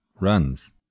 runs